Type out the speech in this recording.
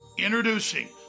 Introducing